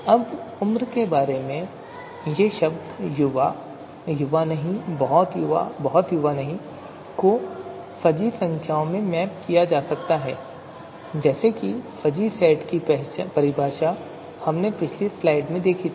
अब उम्र के बारे में ये शब्द युवा युवा नहीं बहुत युवा बहुत युवा नहीं को फ़ज़ी संख्याओं में मैप किया जा सकता है जैसे कि फ़ज़ी सेट की परिभाषा हमने पिछली स्लाइड में देखी थी